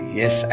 yes